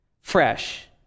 fresh